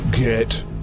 Get